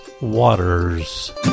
waters